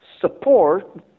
support